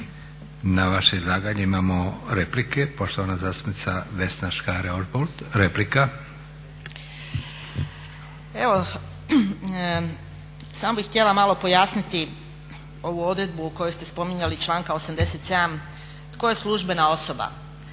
Na vaše izlaganje imamo replike. Poštovana zastupnica Vesna Škare-Ožbolt, replika. **Škare Ožbolt, Vesna (DC)** Samo bih htjela malo pojasniti ovu odredbu koju ste spominjali članka 87., tko je službena osoba.